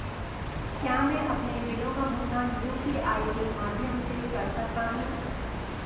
क्या मैं अपने बिलों का भुगतान यू.पी.आई के माध्यम से कर सकता हूँ?